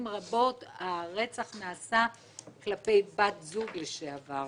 רבות הרצח נעשה כלפי בת זוג לשעבר.